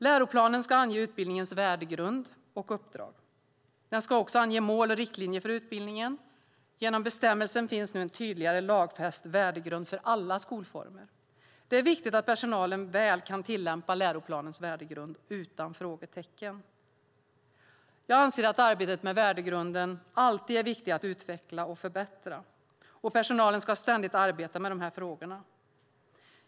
Läroplanen ska ange utbildningens värdegrund och uppdrag. Den ska också ange mål och riktlinjer för utbildningen. Genom bestämmelsen finns nu en tydligare lagfäst värdegrund för alla skolformer. Det är viktigt att personalen väl kan tillämpa läroplanens värdegrund utan frågetecken. Jag anser att arbetet med värdegrunden alltid är viktigt att utveckla och förbättra. Och personalen ska ständigt arbeta med dessa frågor.